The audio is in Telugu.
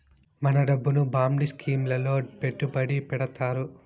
మన డబ్బును బాండ్ స్కీం లలో పెట్టుబడి పెడతారు